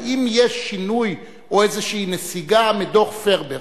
האם יש שינוי או איזושהי נסיגה מדוח-פראוור?